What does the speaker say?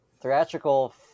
theatrical